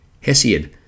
Hesiod